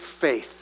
faith